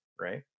right